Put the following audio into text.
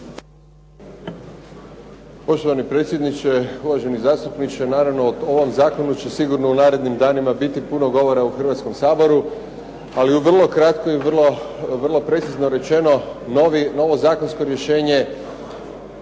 Poštovani predsjedniče, uvaženi zastupniče. Naravno o ovom zakonu će sigurno u narednim danima biti puno govora u Hrvatskom saboru, ali vrlo kratko i vrlo precizno rečeno novo zakonsko rješenje